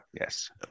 Yes